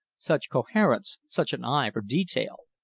such coherence such an eye for detail.